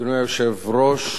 אדוני היושב-ראש,